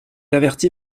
averti